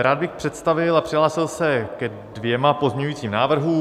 Rád bych představil a přihlásil se ke dvěma pozměňujícím návrhům.